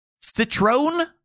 Citroen